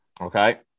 Okay